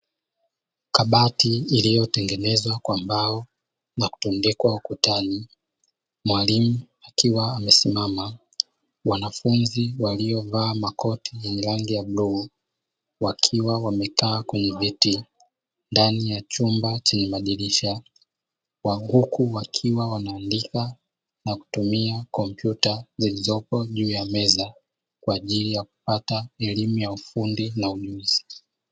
Kabati iliyotengenezwa kwa mbao na kutundikwa ukutani, mwalimu akiwa amesimama, wanafunzi waliovaa makoti ya rangi ya bluu wakiwa wamekaa kwenye viti ndani ya chumba chenye madirisha, huku wakiwa wanaandika na kutumia kompyuta zilizopo juu ya meza kwa ajili ya kupata elimu ya ufundi na ujuzi.